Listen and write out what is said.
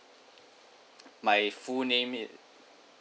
my full name is